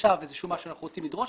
עכשיו מה שאנחנו רוצים לדרוש,